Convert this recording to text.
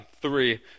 three